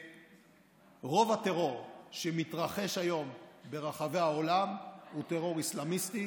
ורוב הטרור שמתרחש היום ברחבי העולם הוא טרור אסלאמיסטי.